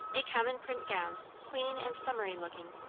a common print gown, clean and summery-looking,